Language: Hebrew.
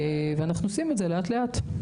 אנחנו עושים את זה לאט לאט.